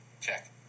Check